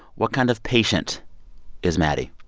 what kind of patient is maddie?